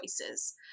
choices